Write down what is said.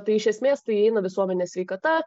tai iš esmės tai įeina visuomenės sveikata